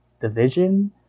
division